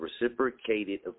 reciprocated